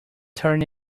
turned